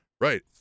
Right